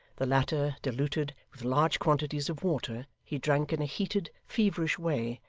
the latter diluted with large quantities of water, he drank in a heated, feverish way,